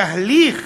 תהליך